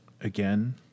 again